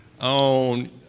on